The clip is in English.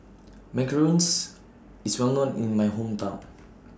Macarons IS Well known in My Hometown